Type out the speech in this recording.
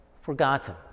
forgotten